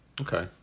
Okay